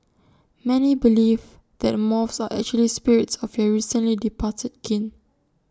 many believe that moths are actually spirits of your recently departed kin